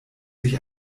sich